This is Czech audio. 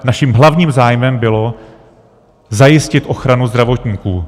Naším hlavním zájmem bylo zajistit ochranu zdravotníků.